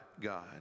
god